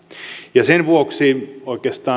ja sen vuoksi oikeastaan